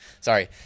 sorry